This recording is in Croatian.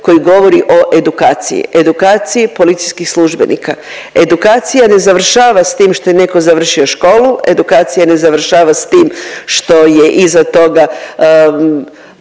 koji govori o edukaciji, edukaciji policijskih službenika. Edukacija ne završava s tim što je neko završio školu, edukacija ne završava s tim što je iza toga